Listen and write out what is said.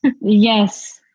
Yes